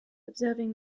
observing